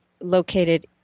located